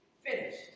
finished